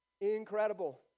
Incredible